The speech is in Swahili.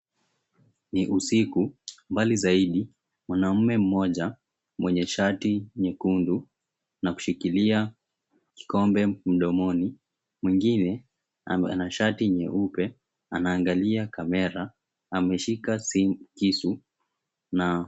Ni usiku, mbali zaidi mwanaume mmoja mwenye shati nyekundu na kushikilia kikombe mdomoni, mwengine ana shati nyeupe, anangalia kamera , ameshika kisu na.